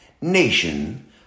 Nation